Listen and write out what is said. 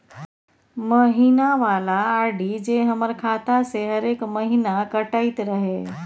महीना वाला आर.डी जे हमर खाता से हरेक महीना कटैत रहे?